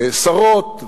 שרות,